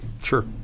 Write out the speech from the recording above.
sure